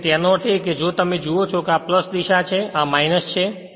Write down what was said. તેથી તેનો અર્થ એ છે કે જો તમે જુઓ કે આ દિશા છે અને આ તે છે